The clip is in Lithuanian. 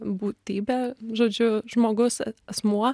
būtybė žodžiu žmogus asmuo